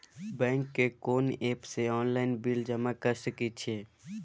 Bank के कोन app से ऑनलाइन बिल जमा कर सके छिए?